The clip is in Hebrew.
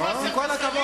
לא יכול להיות,